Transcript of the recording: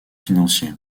financier